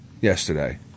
yesterday